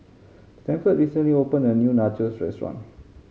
Stafford recently opened a new Nachos Restaurant